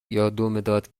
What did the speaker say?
مداد